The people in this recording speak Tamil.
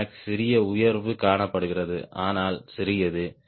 எல்மாக்ஸில் சிறிய உயர்வு காணப்படுகிறது ஆனால் சிறியது